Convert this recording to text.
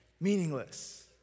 meaningless